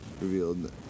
revealed